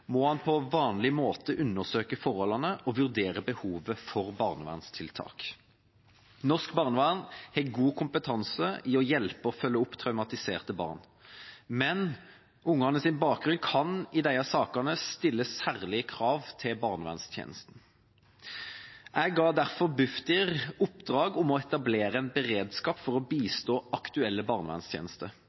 må man på vanlig måte undersøke forholdene og vurdere behovet for barnevernstiltak. Norsk barnevern har god kompetanse i å hjelpe og følge opp traumatiserte barn. Men ungenes bakgrunn kan i disse sakene stille særlige krav til barnevernstjenesten. Jeg ga derfor Bufdir i oppdrag å etablere en beredskap for å bistå aktuelle